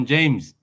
James